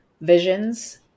visions